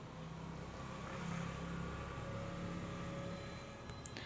अकरा हजार चौरस फुट जागेसाठी मले कितीक कर्ज भेटू शकते?